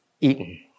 eaten